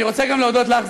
אני רוצה גם להודות לך,